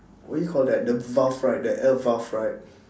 what do you call that the valve right the air valve right